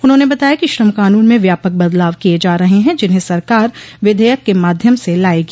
उन्हांने बताया कि श्रम कानून में व्यापक बदलाव किए जा रहे हैं जिन्हें सरकार विधेयक के माध्य्म से लाएगी